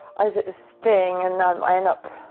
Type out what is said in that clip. i was at this thing and um i ended up,